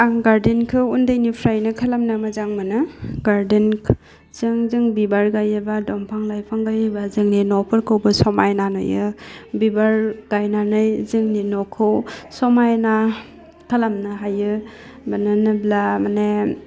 आं गार्डेनखौ उन्दैनिफ्रायनो खालामनो मोजां मोनो गार्डेन जों जों बिबार गायोबा दंफां लाइफां गायोबा जोंनि न'फोरखौबो समायना नुयो बिबार गायनानै जोंनि न'खौ समायना खालामनो हायो मानो होनोब्ला माने